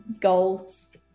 goals